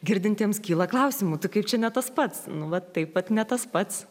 girdintiems kyla klausimų kaip čia ne tas pats nu va taip vat ne tas pats